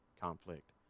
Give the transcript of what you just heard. conflict